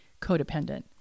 codependent